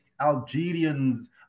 Algerians